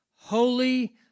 Holy